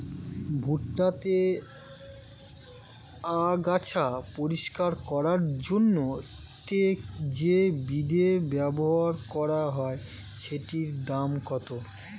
ভুট্টা তে আগাছা পরিষ্কার করার জন্য তে যে বিদে ব্যবহার করা হয় সেটির দাম কত?